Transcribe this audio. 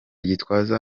gitwaza